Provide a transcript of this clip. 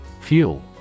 Fuel